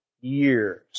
years